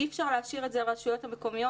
אי אפשר להשאיר את זה לרשויות המקומיות,